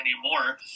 anymore